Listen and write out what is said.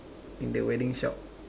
in the wedding shop